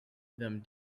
them